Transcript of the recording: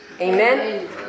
Amen